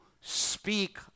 speak